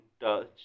touch